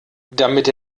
damit